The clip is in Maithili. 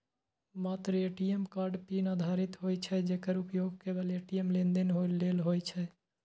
मात्र ए.टी.एम कार्ड पिन आधारित होइ छै, जेकर उपयोग केवल ए.टी.एम लेनदेन लेल होइ छै